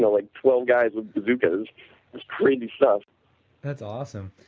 like twelve guys with bazookas that's crazy stuff that's awesome.